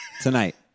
tonight